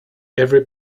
every